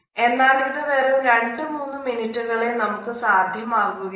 എന്നാൽ ഇത് വെറും 2 3 മിനിറ്റുകളെ നമുക്ക് സാധ്യമാകുകയുള്ളൂ